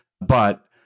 But-